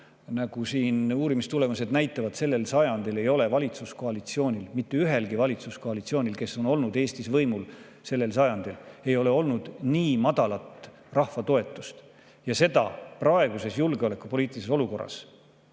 Nagu uurimistulemused näitavad, sellel sajandil ei ole valitsuskoalitsioonil, mitte ühelgi valitsuskoalitsioonil, kes on olnud Eestis sellel sajandil võimul, olnud nii madalat rahva toetust. Seda praeguses julgeolekupoliitilises olukorras,